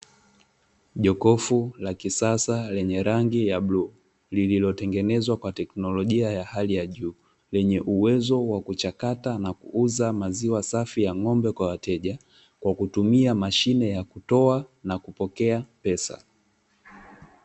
Jokofu la kisasa lenye rangi ya bluu lililotengenezwa kwa teknolojia ya hali ya juu lenye uwezo wa kuchakata na kuuza maziwa safi ya ng'ombe kwa wateja, kwa kutumia mashine ya kutoa na kupokea pesa.